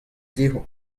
dezho